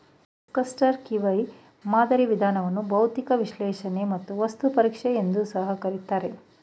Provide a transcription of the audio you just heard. destructive ಮಾದರಿ ವಿಧಾನವನ್ನು ಬೌದ್ಧಿಕ ವಿಶ್ಲೇಷಣೆ ಮತ್ತು ವಸ್ತು ಪರೀಕ್ಷೆ ಎಂದು ಸಹ ಕರಿತಾರೆ